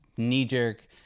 knee-jerk